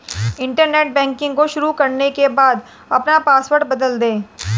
internet banking को शुरू करने के बाद अपना पॉसवर्ड बदल दे